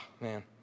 man